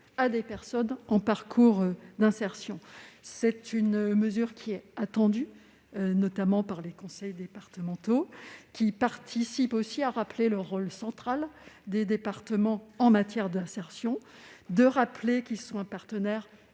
à des personnes en parcours d'insertion. C'est une mesure attendue notamment par les conseils départementaux. Elle contribue à rappeler le rôle central des départements en matière d'insertion : ils sont des partenaires